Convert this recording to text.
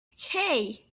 hey